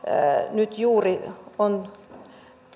nyt juuri on